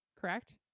correct